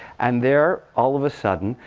and there, all of a sudden,